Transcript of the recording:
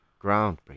groundbreaking